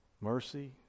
mercy